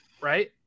right